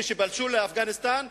כשפלשו לאפגניסטן,